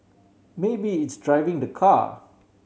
maybe it's driving the car